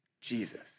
Jesus